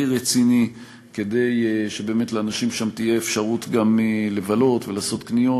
רציני כדי שלאנשים שם תהיה אפשרות גם לבלות ולעשות קניות,